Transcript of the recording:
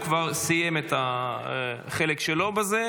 הוא כבר סיים את החלק שלו בזה,